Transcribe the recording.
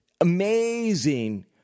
amazing